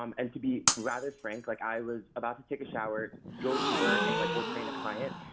um and to be rather frank, like i was about to take a shower, go to work, and like go train a client,